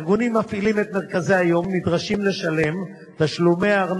הארגונים המפעילים את מרכזי היום נדרשים לשלם לרשויות